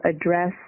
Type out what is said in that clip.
address